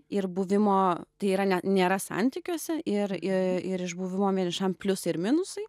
ir buvimo tai yra ne nėra santykiuose ir ir iš buvimo vienišam pliusai ir minusai